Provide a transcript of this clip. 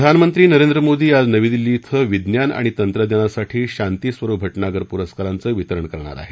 प्रधानमंत्री नरेंद्र मोदी आज नवी दिल्ली इथं विज्ञान आणि तंत्रज्ञानासाठी शांती स्वरुप भटनागर पुरस्कारांचं वितरण करणार आहेत